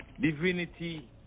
Divinity